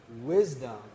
Wisdom